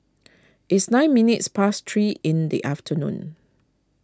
it's nine minutes past three in the afternoon